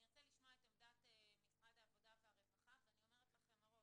אני ארצה לשמוע את עמדת משרד העבודה והרווחה ואני אומרת לכם מראש: